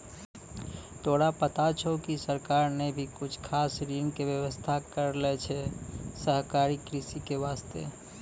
तोरा पता छौं कि सरकार नॅ भी कुछ खास ऋण के व्यवस्था करनॅ छै सहकारी कृषि के वास्तॅ